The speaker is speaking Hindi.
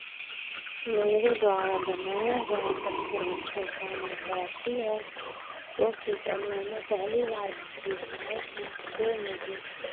मेरे द्वारा बनाया गया सबसे मुश्किल खाना बाटी है तो कि जब मैंने पहली बार बाटी बनाई थी तो मुझे